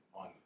on